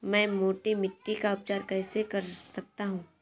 मैं मोटी मिट्टी का उपचार कैसे कर सकता हूँ?